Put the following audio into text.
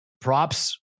props